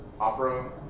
opera